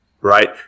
right